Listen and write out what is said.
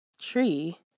tree